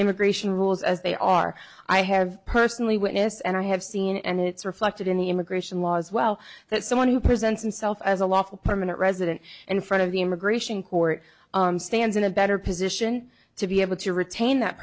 immigration rules as they are i have personally witness and i have seen and it's reflected in the immigration laws well that someone who presents himself as a lawful permanent resident in front of the immigration court stands in a better position to be able to retain that